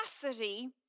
capacity